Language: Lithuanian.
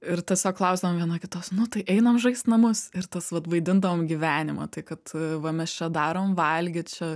ir tiesiog klausdavom viena kitos nu tai einam žaist namus ir tas vat vaidindavom gyvenimą tai kad va mes čia darom valgyt čia